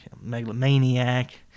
megalomaniac